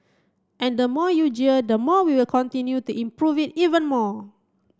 and the more you jeer the more we will continue to improve it even more